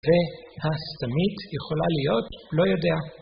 והסמית יכולה להיות "לא יודע".